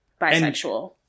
bisexual